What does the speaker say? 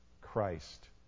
Christ